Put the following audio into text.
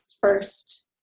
first